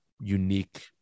unique